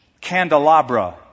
candelabra